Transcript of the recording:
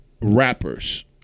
rappers